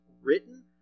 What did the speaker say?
written